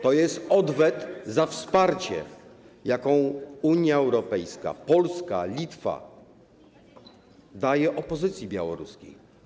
To jest odwet za wsparcie, jakie Unia Europejska, Polska, Litwa dają opozycji białoruskiej.